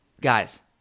guys